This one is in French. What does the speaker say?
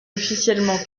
officiellement